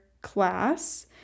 class